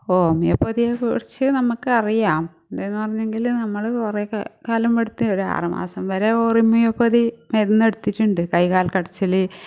homeo പതിയെക്കുറിച്ച് നമുക്ക് അറിയാം അതെന്ന് പറഞ്ഞങ്കിൽ നമ്മൾ കുറെ കാലം എടുത്ത് ഒരു ആറ് മാസം വരെ ഹോറുമിയോപ്പതി മരുന്ന് എടുത്തിട്ടുണ്ട് കൈ കാൽ കടച്ചിൽ പിന്നെ